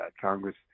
congress